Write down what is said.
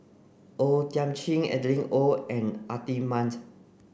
O Thiam Chin Adeline Ooi and Atin Amat